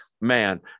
Man